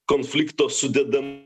konflikto sudedam